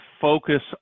focus